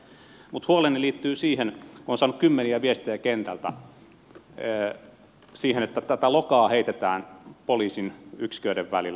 mutta huoleni liittyy siihen että olen saanut kymmeniä viestejä kentältä että lokaa heitetään poliisin yksiköiden välillä